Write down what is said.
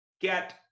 get